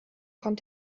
kommt